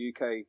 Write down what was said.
UK